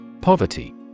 Poverty